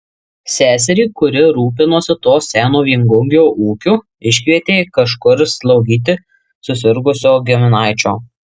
seserį kuri rūpinosi to seno viengungio ūkiu iškvietė kažkur slaugyti susirgusio giminaičio